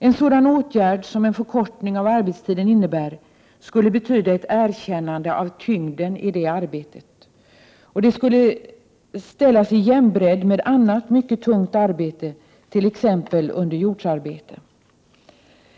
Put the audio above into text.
En sådan åtgärd som en förkortning av arbetstiden innebär skulle betyda ett erkännande av tyngden i det arbetet. Det skulle ställas i jämbredd med annat mycket tungt arbete, t.ex. underjordsarbete.